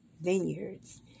vineyards